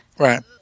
Right